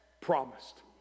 promised